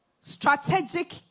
strategic